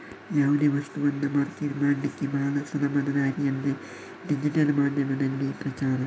ಯಾವುದೇ ವಸ್ತವನ್ನ ಮಾರ್ಕೆಟ್ ಮಾಡ್ಲಿಕ್ಕೆ ಭಾಳ ಸುಲಭದ ದಾರಿ ಅಂದ್ರೆ ಡಿಜಿಟಲ್ ಮಾಧ್ಯಮದಲ್ಲಿ ಪ್ರಚಾರ